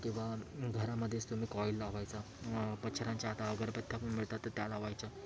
किंवा घरामध्येच तुम्ही कॉइल लावायचा मच्छरांची आता अगरबत्या पण मिळतात तर त्या लावायच्या